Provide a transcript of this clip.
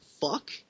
fuck